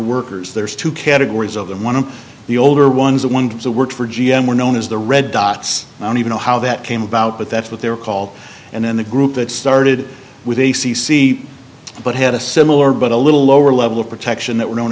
workers there's two categories of them one of the older ones the ones who work for g m were known as the red dots i don't even know how that came about but that's what they were called and then the group that started with a c c but had a similar but a little lower level of protection that were known